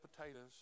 potatoes